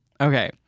Okay